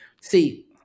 See